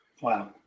wow